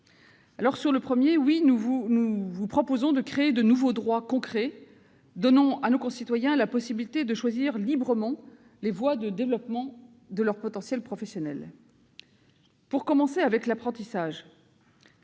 axe. Le premier axe vise donc à créer de nouveaux droits concrets donnant à nos concitoyens la possibilité de choisir librement les voies de développement de leur potentiel professionnel. Pour commencer par l'apprentissage,